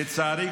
לצערי,